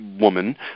woman